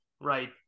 Right